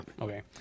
Okay